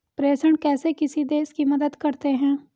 प्रेषण कैसे किसी देश की मदद करते हैं?